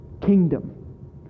Kingdom